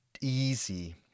easy